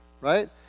Right